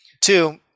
Two